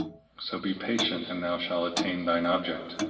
so be patient and thou shalt attain thine object.